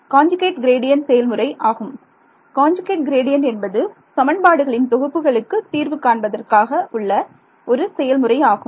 conjugate gradient செயல்முறை ஆகும் conjugate gradient என்பது சமன்பாடுகளின் தொகுப்புகளுக்கு தீர்வு காண்பதற்காக உள்ள ஒரு செயல்முறை ஆகும்